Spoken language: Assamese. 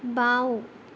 বাওঁ